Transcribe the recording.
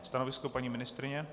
Stanovisko paní ministryně?